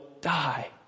die